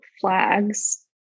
flags